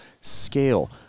Scale